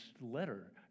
letter